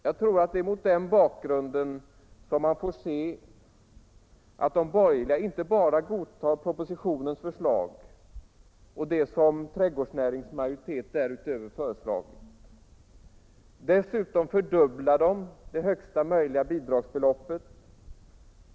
Det är mot den bakgrunden man får se att de borgerliga inte bara godtar propositionens förslag och det som trädgårdsnäringsutredningens majoritet därutöver föreslagit. Dessutom fördubblar de det högsta möjliga bidragsbeloppet.